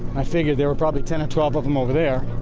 i figured there were probably ten or twelve of them over there.